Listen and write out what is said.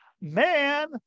Man